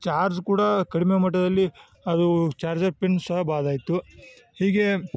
charge ಕೂಡ ಕಡಿಮೆ ಮಟ್ಟದಲ್ಲಿ ಅದು ಚಾರ್ಜರ್ ಪಿನ್ ಸಹ ಬಾದಾಯ್ತು ಹೀಗೆ